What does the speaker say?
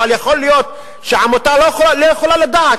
אבל יכול להיות שעמותה לא יכולה לדעת.